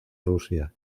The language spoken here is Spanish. rusia